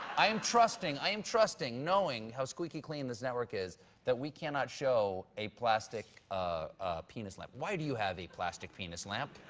i am trusting i am trusting, knowing how squeaky clean this network is that we cannot show a plastic ah penis lamp. why do you have a plastic penis lamp?